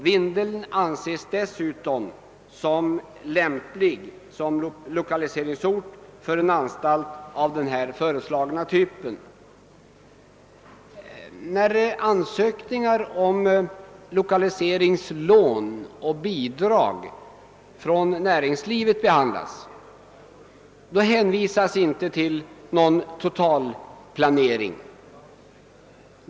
Vindelådalen anses dessutom lämplig som lokaliseringsort för en anstalt av den föreslagna typen. När ansökningar om lokaliseringslån och lokaliseringsbidrag från näringslivet behandlas, hänvisas inte till någon totalplanering.